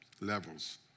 levels